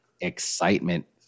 excitement